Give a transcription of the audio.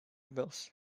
rebels